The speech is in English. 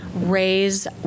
raise